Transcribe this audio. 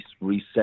reset